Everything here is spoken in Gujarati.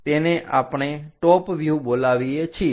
તેને આપણે ટોપ વ્યુહ બોલાવીએ છીએ